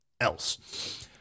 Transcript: else